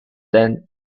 then